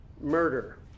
murder